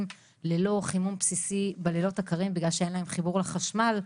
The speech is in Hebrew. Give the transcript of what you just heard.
ללא חימום בסיסי בלילות הקרים בגלל שאין להם חיבור לחשמל.